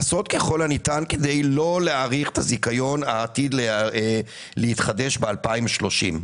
לעשות ככל הניתן כדי לא להאריך את הזיכיון העתיד להתחדש ב-2030.